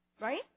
right